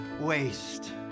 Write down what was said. waste